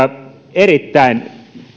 erittäin